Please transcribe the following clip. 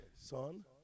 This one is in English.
son